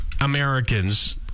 Americans